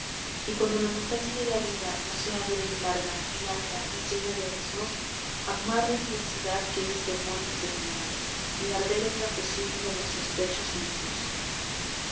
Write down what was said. y cuando la montaña de la vida nos sea dura y larga y alta y llena de abismos amar la inmensidad que es de amor encendida y arder en la fusión de nuestros pechos mismos